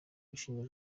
ushinjwa